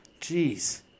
Jeez